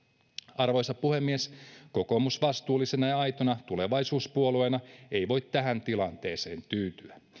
arvoisa puhemies kokoomus vastuullisena ja aitona tulevaisuuspuolueena ei voi tähän tilanteeseen tyytyä